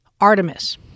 Artemis